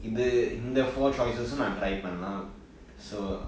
uh இந்த:intha four choices நா:naa try பன்னலாம்:pannalaam